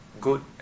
good